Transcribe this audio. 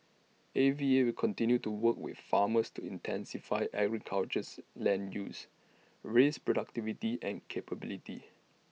A V A will continue to work with farmers to intensify agricultures land use raise productivity and capability